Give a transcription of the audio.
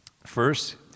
First